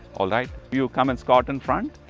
alright you come in squat in front